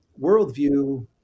worldview